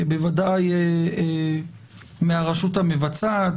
בוודאי מהרשות המבצעת,